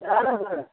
اہَن حظ